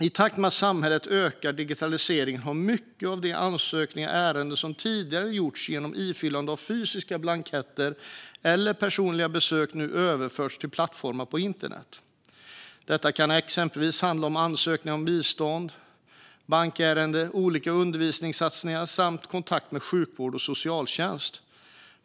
I takt med samhällets ökade digitalisering har många av de ansökningar och ärenden som tidigare gjorts genom ifyllande av fysiska blanketter eller personliga besök nu överförts till plattformar på internet. Det kan exempelvis handla om ansökningar om bistånd, bankärenden, olika undervisningsinsatser samt kontakt med sjukvård och socialtjänst.